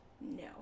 No